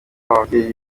ababyeyi